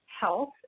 health